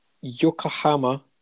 Yokohama